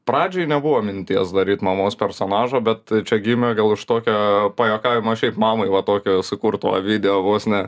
pradžioj nebuvo minties daryt mamos personažo bet čia gimė gal už tokio pajuokavimo šiaip mamai va tokio sukurto video vos ne